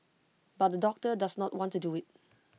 but the doctor does not want to do IT